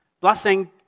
Blessing